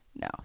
No